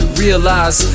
realize